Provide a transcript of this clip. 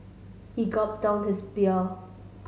he gulped down his beer